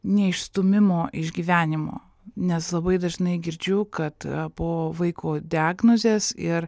neišstūmimo išgyvenimo nes labai dažnai girdžiu kad po vaiko diagnozės ir